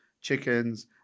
chickens